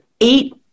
eight